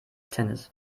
tennis